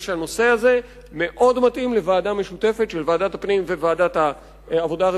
מינויו, ועד אנשי המקצוע, אנשים טובים מאוד.